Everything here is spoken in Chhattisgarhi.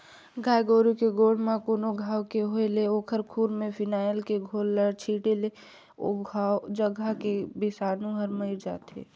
गाय गोरु के गोड़ म कोनो घांव के होय ले ओखर खूर में फिनाइल के घोल ल छींटे ले ओ जघा के बिसानु हर मइर जाथे